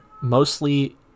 mostly